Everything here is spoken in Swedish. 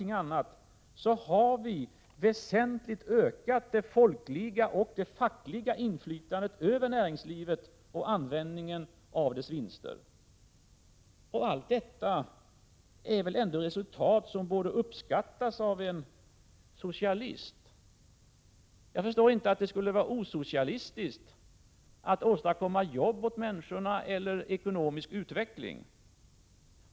Genom dessa åtgärder har vi väsentligt ökat det folkliga och fackliga inflytandet över näringslivet och användningen av dessa vinster. Allt detta är väl ändå resultat som borde uppskattas av en socialist. Jag förstår inte att det skulle kunna vara osocialistiskt att åstadkomma arbeten åt människorna eller ekonomisk utveckling.